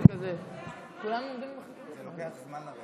כשנמצאים למעלה זה לוקח זמן.